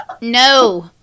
no